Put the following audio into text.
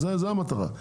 זאת המטרה.